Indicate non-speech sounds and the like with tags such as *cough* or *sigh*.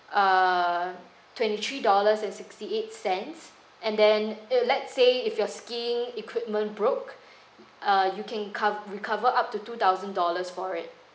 err twenty three dollars and sixty eight cents and then it let's say if you are skiing equipment broke *breath* uh you can co~ recover up to two thousand dollars for it